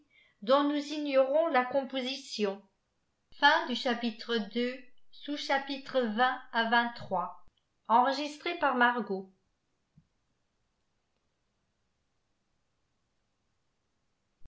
dont nous ignorons la cause